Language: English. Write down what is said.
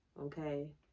Okay